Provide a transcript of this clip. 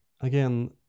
again